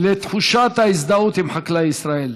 לתחושת ההזדהות עם חקלאי ישראל